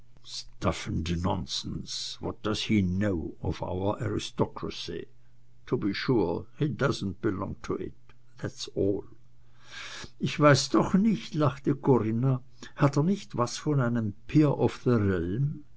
ich weiß doch nicht lachte corinna hat er nicht was von einem peer of